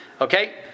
Okay